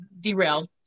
derailed